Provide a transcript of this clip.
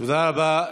תודה רבה.